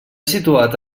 situat